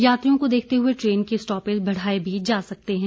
यात्रियों को देखते हुए ट्रेन के स्टॉपेज बढ़ाए भी जा सकते हैं